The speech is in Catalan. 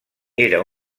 era